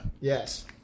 Yes